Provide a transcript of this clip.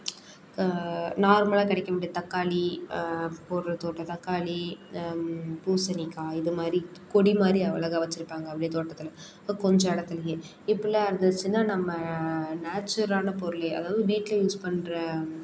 கா நார்மலாக கிடைக்க வேண்டிய தக்காளி போடுற தோட்ட தக்காளி பூசணிக்காய் இது மாதிரி கொடி மாதிரி அழகா வச்சிருப்பாங்க அப்படியே தோட்டத்தில் கொஞ்சம் இடத்துலையே இப்பெல்லாம் இருந்துச்சினால் நம்ம நேச்சுரலான பொருள் அதாவது வீட்டில யூஸ் பண்ணுற